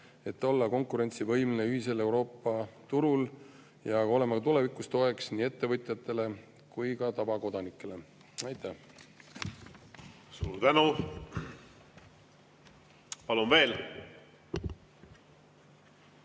et olla konkurentsivõimeline ühisel Euroopa turul ja olla ka tulevikus toeks nii ettevõtjatele kui ka tavakodanikele. Aitäh!